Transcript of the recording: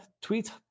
tweet